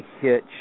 hitch